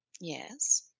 Yes